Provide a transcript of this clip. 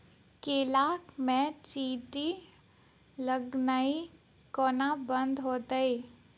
केला मे चींटी लगनाइ कोना बंद हेतइ?